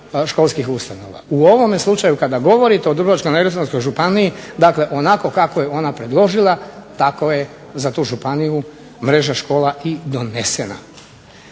školskih ustanova. U ovome slučaju kada govorite o Dubrovačko-neretvanskoj županiji dakle onako kako je ona predložila tako je za tu županiju mreža škola i donesena.